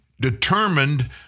determined